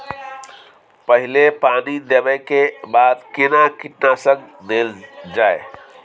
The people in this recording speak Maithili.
पहिले पानी देबै के बाद केना कीटनासक देल जाय?